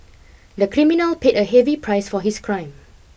the criminal paid a heavy price for his crime